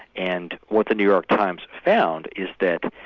and what the new york times found is that,